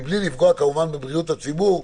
מבלי לפגוע כמובן בבריאות הציבור,